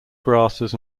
grasses